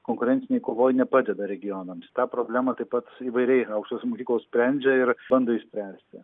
konkurencinėj kovoj nepadeda regionams tą problemą taip pat įvairiai aukštosios mokyklos sprendžia ir bando išspręsti